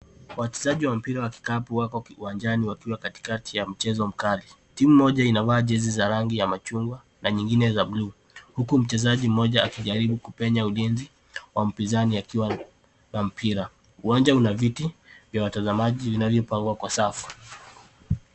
Wachezaji wa mpira wa kikapu wako kiwanjani wakiwa katikati ya mchezo mkali. Timu moja inavaa jezi za rangi ya machungwa na nyingine za bluu, huku mchezaji mmoja akijaribu kupenya ulinzi wa mpinzani akiwa na mpira. Uwanja una viti vya watazamaji vinavyopangwa kwa safu.